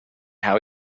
how